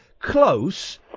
close